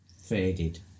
faded